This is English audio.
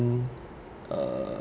err